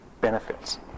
benefits